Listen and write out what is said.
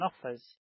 offers